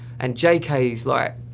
and j k like